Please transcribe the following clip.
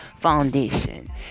foundation